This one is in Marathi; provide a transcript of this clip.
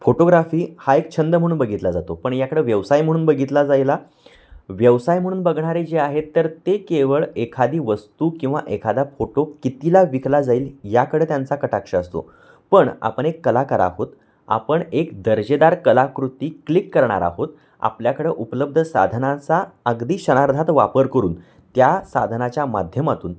फोटोग्राफी हा एक छंद म्हणून बघितला जातो पण याकडं व्यवसाय म्हणून बघितला जायला व्यवसाय म्हणून बघणारे जे आहेत तर ते केवळ एखादी वस्तू किंवा एखादा फोटो कितीला विकला जाईल याकडे त्यांचा कटाक्ष असतो पण आपण एक कलाकार आहोत आपण एक दर्जेदार कलाकृती क्लिक करणार आहोत आपल्याकडं उपलब्ध साधनाचा अगदी क्षणार्धात वापर करून त्या साधनाच्या माध्यमातून